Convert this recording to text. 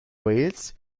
wales